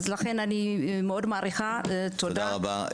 אני מעריכה, תודה רבה.